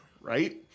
right